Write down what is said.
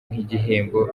nk’igihembo